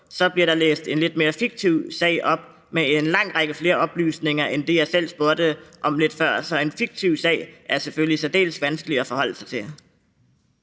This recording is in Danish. Så blev der læst en lidt mere fiktiv sag op med en lang række flere oplysninger end det, jeg selv spurgte om før. Så en fiktiv sag er selvfølgelig særdeles vanskelig at forholde sig til.